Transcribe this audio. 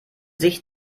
sich